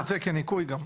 זה כניכוי גם.